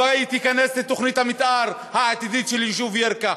הבית ייכנס לתוכנית המתאר העתידית של היישוב ירכא.